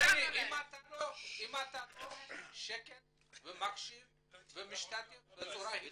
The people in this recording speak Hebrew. אם אתה לא בשקט ומקשיב ומשתתף בצורה --- היא